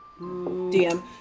DM